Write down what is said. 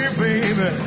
baby